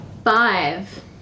Five